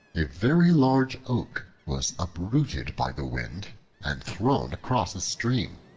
a very large oak was uprooted by the wind and thrown across a stream.